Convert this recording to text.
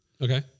Okay